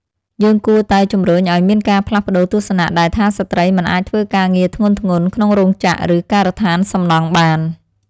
យើងគួរតែជំរុញឱ្យមានការផ្លាស់ប្តូរទស្សនៈដែលថាស្ត្រីមិនអាចធ្វើការងារធ្ងន់ៗក្នុងរោងចក្រ ឬការដ្ឋានសំណង់បាន។